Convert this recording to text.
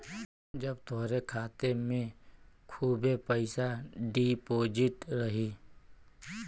जब तोहरे खाते मे खूबे पइसा डिपोज़िट रही